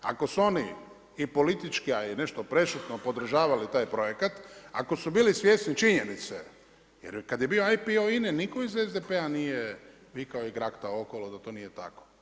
Ako su oni i politički i nešto prešutno podržavali taj projekat, ako su bili svjesni činjenice, jer kad je bio IPO INA-e nitko iz SDP-a nije vikao i graktao okolo da to nije tako.